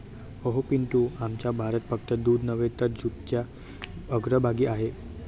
अहो पिंटू, आमचा भारत फक्त दूध नव्हे तर जूटच्या अग्रभागी आहे